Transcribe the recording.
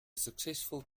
successful